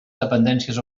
dependències